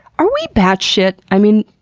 are we batshit? i mean,